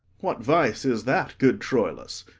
what vice is that, good troilus?